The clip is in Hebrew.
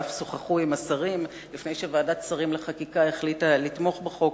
ואף שוחחו עם השרים לפני שוועדת שרים לחקיקה החליטה לתמוך בחוק.